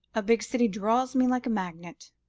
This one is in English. a big city draws me like a magnet.